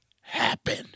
happen